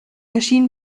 erschien